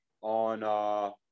on